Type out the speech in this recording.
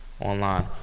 online